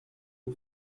who